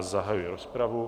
Zahajuji rozpravu.